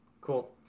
Cool